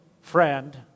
friend